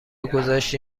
گذاشتی